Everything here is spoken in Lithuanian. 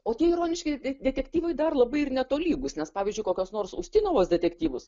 o tie ironiški de detektyvai dar labai netolygus nes pavyzdžiui kokios nors ustinovos detektyvus